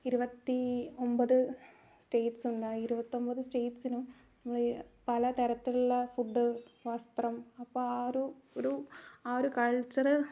ഇരുപത്തി ഒൻപത് സ്റ്റേറ്റ്സുണ്ട് ആ ഇരുപത്തി ഒൻപത് സ്റ്റേറ്റ്സിനും നമ്മൾ പല തരത്തിലുള്ള ഫുഡ് വസ്ത്രം അപ്പം ആ ഒരു ഒരു ആ ഒരു കൾച്ചറ്